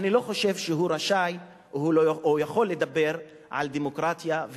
אני לא חושב שהוא רשאי או יכול לדבר על דמוקרטיה,